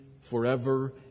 forever